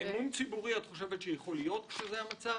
אמון ציבורי יכול להיות כשזה המצב?